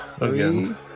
again